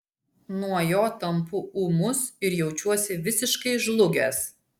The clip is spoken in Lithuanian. nuo jo tampu ūmus ir jaučiuosi visiškai žlugęs